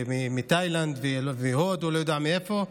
מתאילנד ומהודו, אני לא יודע מאיפה,